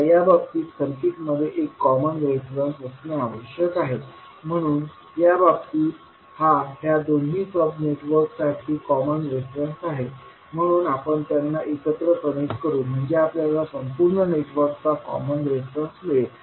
आता या बाबतीत सर्किट मध्ये एक कॉमन रेफरन्स असणे आवश्यक आहे म्हणून या बाबतीत हा ह्या दोन्ही सब नेटवर्कसाठी कॉमन रेफरन्स आहे म्हणून आपण त्यांना एकत्र कनेक्ट करू म्हणजे आपल्याला संपूर्ण नेटवर्कचा कॉमन रेफरन्स मिळेल